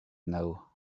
know